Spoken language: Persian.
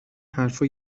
حرفا